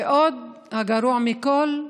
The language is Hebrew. ועוד הגרוע מכול,